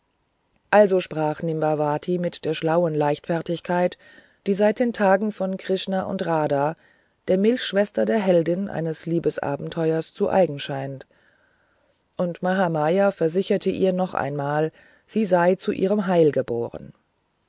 also sprach nimbavati mit der schlauen leichtfertigkeit die seit den tagen von krishna und radha der milchschwester der heldin eines liebesabenteuers zu eignen scheint und mahamaya versicherte ihr noch einmal sie sei zu ihrem heil geboren